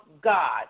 God